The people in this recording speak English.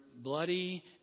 bloody